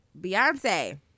Beyonce